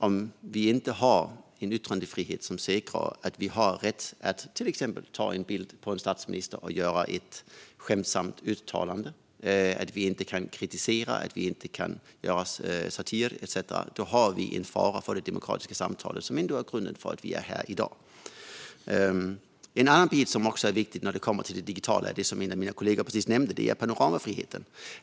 Om vi inte har en yttrandefrihet som säkrar rätten att till exempel ta en bild på en statsminister och göra ett skämtsamt uttalande, om vi inte kan kritisera, göra satir etcetera är det fara för det demokratiska samtalet, det som ändå är grunden till att vi står här i dag. En annan bit som också är viktig när det kommer till det digitala, något som en av mina kollegor precis nämnde, är panoramafriheten.